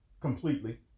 completely